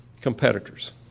competitors